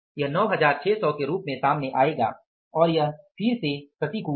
यह 9600 के रूप में सामने आएगा और यह फिर से प्रतिकूल है